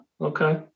okay